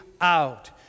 out